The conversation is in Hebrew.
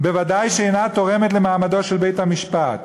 ודאי שאינה תורמת למעמדו של בית-המשפט.